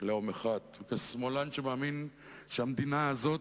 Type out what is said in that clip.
לאום אחת, וכשמאלן שמאמין שהמדינה הזאת